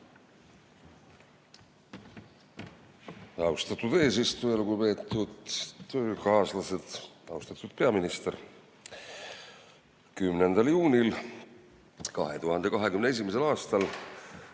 Austatud eesistuja! Lugupeetud töökaaslased! Austatud peaminister! 10. juunil 2021. aastal